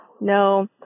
no